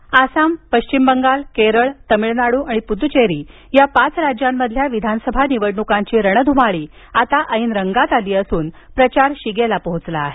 निवडण्क आसाम पश्चिम बंगाल केरळ तमिळनाडू आणि पुद्दचेरी या पाच राज्यांमधील विधानसभा निवडणुकांची रणधुमाळी आता ऐन रंगात आली असून प्रचार शिगेला पोहोचला आहे